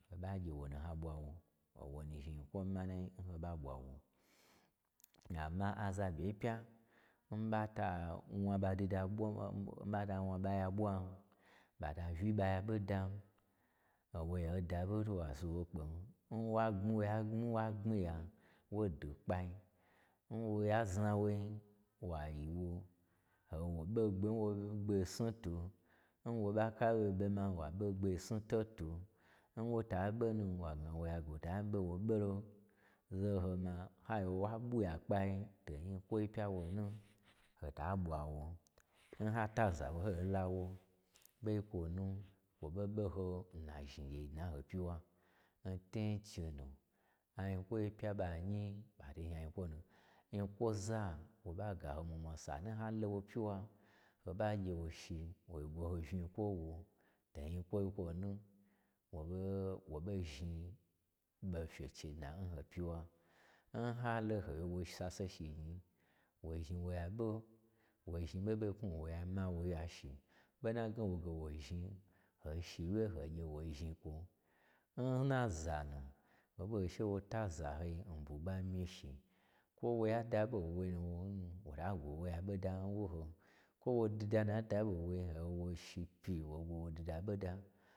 Hoɓa gye wonu ha ɓwa wo, o wo nu zhni nyikwo manai nho ɓa ɓwa wo. Amma a za do ye oya n ɓa ta wna ɓa dida n ɓa ta wna ɓa ya ɓwan, ɓa ta uyi ɓa ya ɓo dan, o woya daɓo to wasi wo kpen, n wa n wa gbnmiya, wo dwu n kpai, n wo ya zna wo nyi, wayi wo, ha gye wo ɓe n gben-n gbei snutwu, n woɓa ka ɓe ɓe ma wa ɓe ngbei snu-totwu, nwo ta ɓo nu wa gna wo ya ge wo ta ɓon, wo ɓolo, zaho ma ha gye wa ɓwu yan kpai to nyi kwoi pya n wonu, ho ta ɓwa won. N ha taza nwoi hoi lawo, ɓei n kwo nu kwo ɓo ɓo ho n na zhni gyei dnan ho pyiwa, n tun chenuanyikwo ye pya nɓa nyi ɓa to zhni anyik wonu, nyi kwoza wo ɓa ga ho mwama, sanu ha lo wo pyiwa hoɓa gye wo shi, wo gwo ho unyi kwo wo, to nyikwoi kwonu, woɓo woɓo zhni ɓo fyeche dna n ho pyiwa. M halo ha gye wo sase shi gnyi wo zhni wo yaɓo, wo zhni ɓoho ɓoho yin knwun nwo yai, ho ɓa gye wo ma woya shi, ɓo n na gna woge wo zhni, ho shi wye ho gye woi zhni kwo, nnaza nu, hoɓa ghye she wo taza n hoi n bwugba myishi, kwo woya da ɓon woi wota gwo wo ya ɓoda n wuhon, kwo n wo dida nuna daɓo nwoi ha gye wo shi pi-i waiwo wa dida ɓo da.